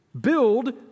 Build